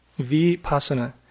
vipassana